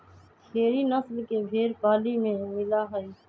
खेरी नस्ल के भेंड़ पाली में मिला हई